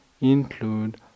include